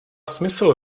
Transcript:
smysl